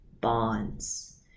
bonds